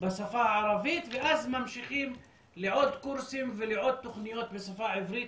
בשפה הערבית ואז ממשיכים לעוד קורסים ולעוד תוכניות בשפה העברית,